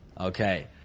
Okay